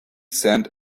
scent